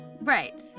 Right